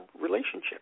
relationship